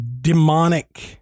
demonic